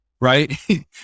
right